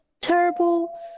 terrible